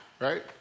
right